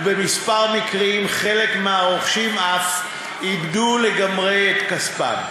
ובמספר מקרים חלק מהרוכשים אף איבדו לגמרי את כספם.